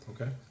Okay